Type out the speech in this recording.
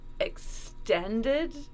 extended